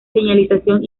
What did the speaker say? señalización